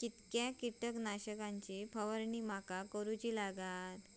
किती कीटक नाशक ची फवारणी माका करूची लागात?